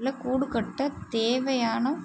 இல்லை கூடு கட்ட தேவையான